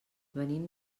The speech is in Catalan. venim